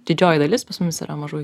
didžioji dalis pas mus yra mažųjų